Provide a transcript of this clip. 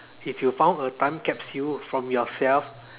if you found a time capsule from yourself